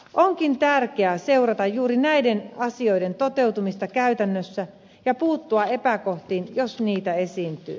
onkin tärkeää seurata juuri näiden asioiden toteutumista käytännössä ja puuttua epäkohtiin jos niitä esiintyy